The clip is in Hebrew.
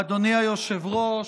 אדוני היושב-ראש,